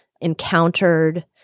encountered